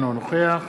אינו נוכח